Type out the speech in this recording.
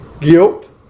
Guilt